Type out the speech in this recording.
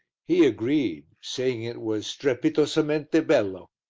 he agreed, saying it was strepitosamente bello.